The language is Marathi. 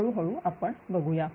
हळूहळू आपण बघूया